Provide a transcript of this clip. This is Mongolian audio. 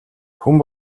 хүн